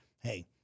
hey